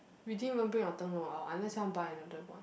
you didn't even bring your 灯笼 or unless you want buy another one